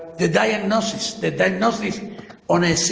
the diagnostics, the diagnostics on a